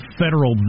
federal